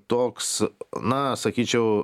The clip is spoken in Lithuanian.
toks na sakyčiau